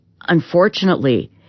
unfortunately